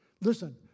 Listen